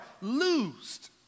loosed